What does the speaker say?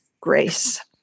grace